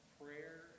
prayer